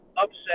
upset